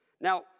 Now